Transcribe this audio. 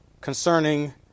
concerning